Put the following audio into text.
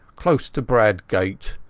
close to bradgate.